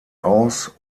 aus